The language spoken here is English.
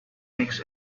makes